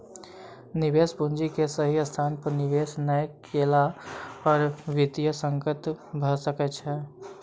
निवेश पूंजी के सही स्थान पर निवेश नै केला पर वित्तीय संकट भ सकै छै